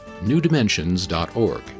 newdimensions.org